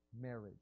marriage